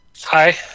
Hi